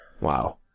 Wow